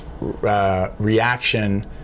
reaction